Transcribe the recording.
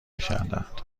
کردهاند